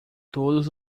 todos